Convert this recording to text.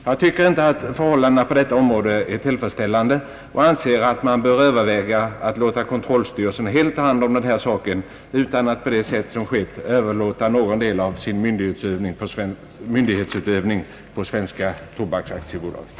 Jag tycker inte att förhållandena på detta område är tillfredsställande och anser att man bör överväga att låta kontrollstyrelsen helt ta hand om det här, utan att styrelsen på det sätt som skett överlåter någon del av sin myndighetsutövning på Svenska tobaksaktiebolaget.